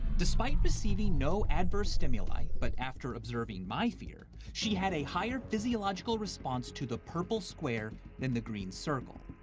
despite receiving no adverse stimuli, but after observing my fear, she had a higher physiological response to the purple square than the green circle.